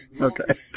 Okay